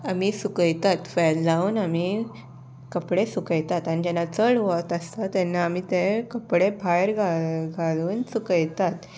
आमी सुकयतात फॅन लावन आमी कपडे सुकयतात आनी जेन्ना चड वत आसता तेन्ना आमी ते कपडे भायर घालून सुकयतात